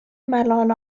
ملال